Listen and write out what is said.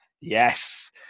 Yes